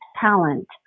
talent